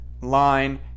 line